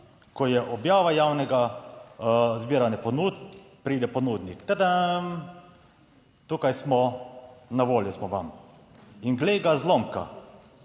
ko je objava javnega zbiranja ponudb, pride ponudnik, "tadam!", tukaj smo, na voljo smo vam in glej ga zlomka,